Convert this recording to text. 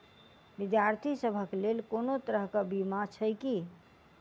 विद्यार्थी सभक लेल कोनो तरह कऽ बीमा छई की?